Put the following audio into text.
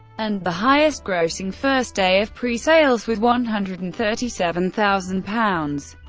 and the highest grossing first day of pre-sales with one hundred and thirty seven thousand pounds.